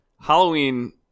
Halloween